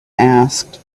asked